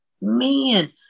Man